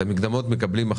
כן אומר,